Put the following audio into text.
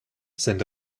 sind